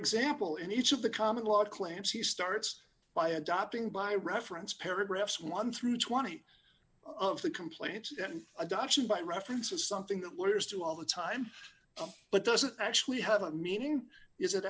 example in each of the common law claims he starts by adopting by reference paragraphs one through twenty of the complaints and adoption by reference of something that lawyers do all the time but doesn't actually have a meaning is it